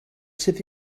sydd